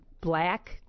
black